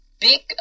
big